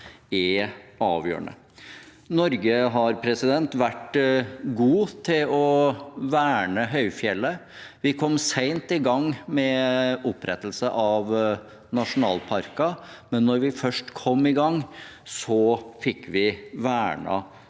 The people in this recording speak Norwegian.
er avgjørende. Norge har vært gode til å verne høyfjellet. Vi kom sent i gang med opprettelsen av nasjonalparker, men når vi først kom i gang, fikk vi vernet